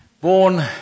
born